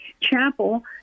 chapel